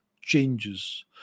changes